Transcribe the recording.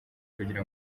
kugira